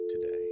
today